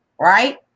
right